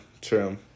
true